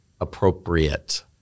appropriate